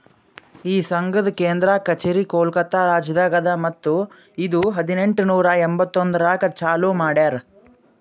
ಈ ಸಂಘದ್ ಕೇಂದ್ರ ಕಚೇರಿ ಕೋಲ್ಕತಾ ರಾಜ್ಯದಾಗ್ ಅದಾ ಮತ್ತ ಇದು ಹದಿನೆಂಟು ನೂರಾ ಎಂಬತ್ತೊಂದರಾಗ್ ಚಾಲೂ ಮಾಡ್ಯಾರ್